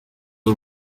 w’u